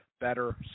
better